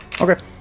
Okay